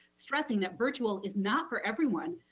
stressing that virtual is not for everyone.